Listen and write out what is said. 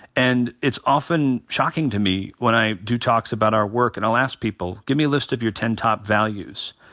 and it's often shocking to me when i do talks about our work and i'll ask people, give me a list of your ten top values.